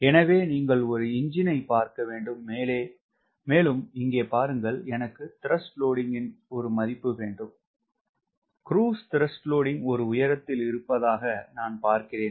எனவே நீங்கள் ஒரு என்ஜின் ஐ பார்க்க வேண்டும் மேலும் இங்கே பாருங்கள் எனக்கு TW ன் ஒரு மதிப்பு வேண்டும் ஒரு உயரத்தில் இருப்பதாக நான் பார்க்கிறேன்